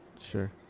sure